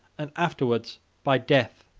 and afterwards by death,